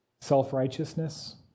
Self-righteousness